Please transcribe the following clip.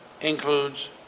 includes